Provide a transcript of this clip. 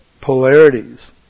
polarities